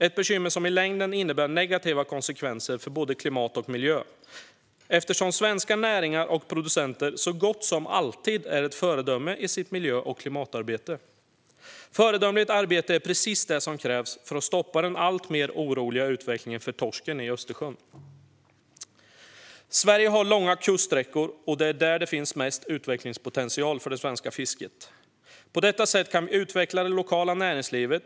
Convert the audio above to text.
Dessa bekymmer innebär i längden negativa konsekvenser för både klimat och miljö eftersom svenska näringar och producenter så gott som alltid är föredömen i sitt miljö och klimatarbete. Föredömligt arbete är precis det som krävs för att stoppa den alltmer oroande utvecklingen för torsken i Östersjön. Sverige har långa kuststräckor, och det är där det finns mest utvecklingspotential för det svenska fisket. På detta sätt kan vi utveckla det lokala näringslivet.